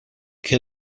che